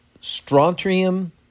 Strontium